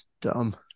Dumb